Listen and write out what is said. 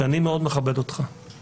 שאני מאוד מכבד אותך,